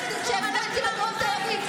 וכשהפגנתי בדרום תל אביב,